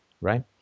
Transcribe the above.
right